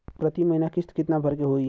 प्रति महीना किस्त कितना भरे के होई?